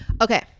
okay